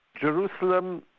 jerusalem